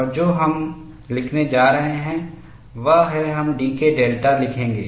और जो हम लिखने जा रहे हैं वह है हम dK डेल्टा लिखेंगे